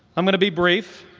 i'm going to be brief